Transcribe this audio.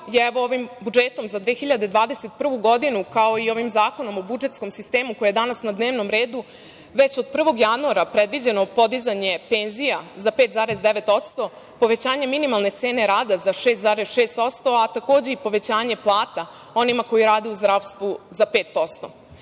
je ovim budžetom za 2021. godinu, kao i ovim zakonom o budžetskom sistemu koji je danas na dnevnom redu, već od 1. januara predviđeno podizanje penzija za 5,9%, povećanje minimalne cene rada za 6,6%, a takođe, i povećanje plata onima koji rade u zdravstvu za